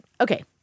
Okay